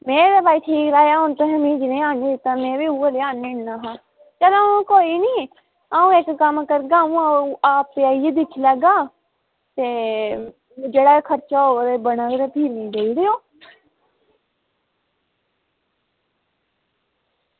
में ते भाई ठीक लाया हून तुसें मी जनेहा आह्नी दित्ता में बी उऐ नेहा आह्नी दित्ता हा चलो कोई गल्ल निं अ'ऊं इक कम्म करगा अ'ऊं आपें आइयै दिक्खी लैगा ते जेह्ड़ा खर्चा होग ते बनग ते फ्ही मिगी देई ओड़ेओ